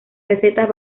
recetas